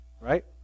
right